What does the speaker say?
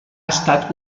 estat